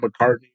McCartney